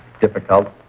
difficult